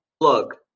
look